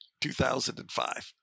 2005